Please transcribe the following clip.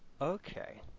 Okay